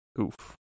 Oof